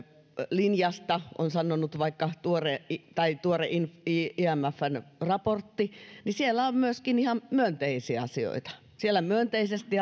linjasta on sanonut vaikka tuore imfn raportti niin siellä on myöskin ihan myönteisiä asioita siellä myönteisesti